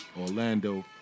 Orlando